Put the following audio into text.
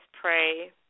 pray